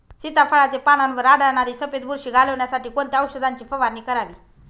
सीताफळाचे पानांवर आढळणारी सफेद बुरशी घालवण्यासाठी कोणत्या औषधांची फवारणी करावी?